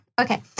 Okay